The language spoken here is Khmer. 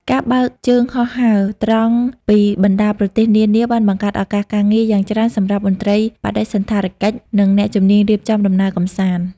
ការបើកជើងហោះហើរត្រង់ពីបណ្ដាប្រទេសនានា បានបង្កើតឱកាសការងារយ៉ាងច្រើនសម្រាប់មន្ត្រីបដិសណ្ឋារកិច្ច និងអ្នកជំនាញរៀបចំដំណើរកម្សាន្ត។